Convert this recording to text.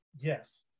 Yes